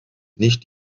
nicht